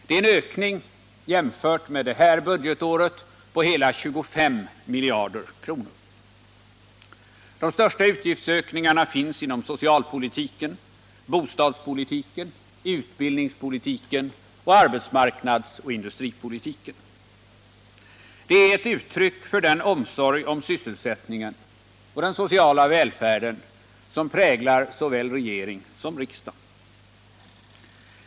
Det är en ökning jämfört med innevarande budgetår på hela 25 miljarder. De största utgiftsökningarna finns inom socialpolitiken, bostadspolitiken, utbildningspolitiken och arbetsmarknadsoch industripolitiken. De är ett uttryck för den omsorg om sysselsättningen och den sociala välfärden som präglar såväl regering som riksdag.